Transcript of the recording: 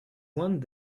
one